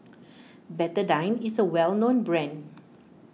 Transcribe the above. Betadine is a well known brand